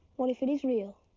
what if it is real?